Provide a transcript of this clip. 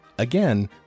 again